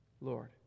Lord